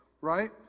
right